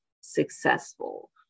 successful